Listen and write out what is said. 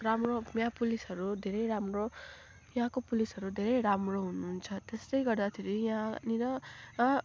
राम्रो यहाँ पुलिसहरू धेरै राम्रो यहाँको पुलिसहरू धेरै राम्रो हुनुहुन्छ त्यसले गर्दाखेरि यहाँनिर